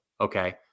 okay